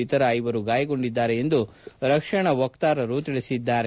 ಇತರ ಐವರು ಗಾಯಗೊಂಡಿದ್ದಾರೆ ಎಂದು ರಕ್ಷಣಾ ವಕ್ತಾರರು ತಿಳಿಸಿದ್ದಾರೆ